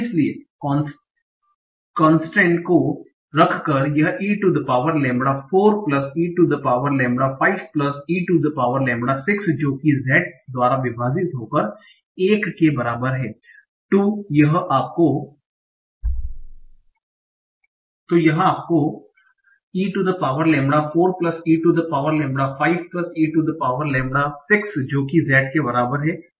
इसलिए कोंसट्रेंट को रख कर यह e to the power lambda 4 e to the power lambda 5 e to the power lambda 6 जो कि Z द्वारा विभाजित होकर 1 के बराबर है तो यह आपको e to the power lambda 4 e to the power lambda 5 e to the power lambda 6 जो कि Z के बराबर है